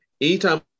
anytime